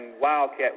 Wildcat